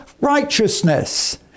righteousness